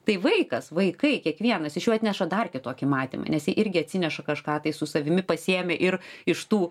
tai vaikas vaikai kiekvienas iš jų atneša dar kitokį matymą nes jie irgi atsineša kažką tai su savimi pasiėmė ir iš tų